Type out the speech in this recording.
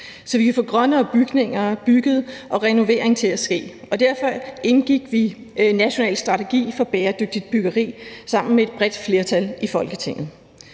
så vi kan få grønnere bygninger bygget og renovering til at ske. Derfor indgik vi sammen med et bredt flertal i Folketinget